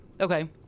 okay